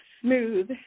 smooth